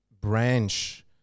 branch